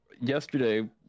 yesterday